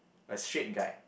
a straight guy